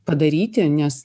padaryti nes